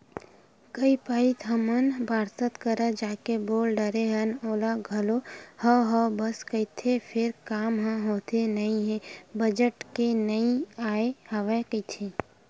कई पइत हमन पार्षद करा जाके बोल डरे हन ओहा घलो हव हव बस कहिथे फेर काम ह होथे नइ हे बजट बने नइ आय हवय कहिथे